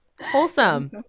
wholesome